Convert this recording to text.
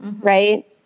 right